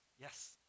Yes